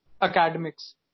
academics